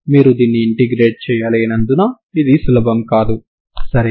మీరు దీన్ని ఇంటిగ్రేట్ చేయలేనందున ఇది సులభం కాదు సరేనా